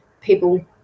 people